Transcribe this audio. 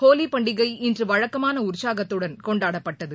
ஹோலிப் பண்டிகை இன்று வழக்கமான உற்சாகத்துடன் கொண்டாடப்பட்டது